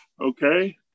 okay